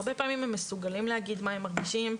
הרבה פעמים הם מסוגלים להגיד מה הם מרגישים,